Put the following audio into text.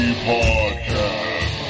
podcast